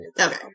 Okay